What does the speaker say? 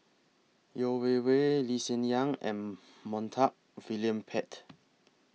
Yeo Wei Wei Lee Hsien Yang and Montague William Pett